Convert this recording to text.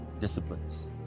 disciplines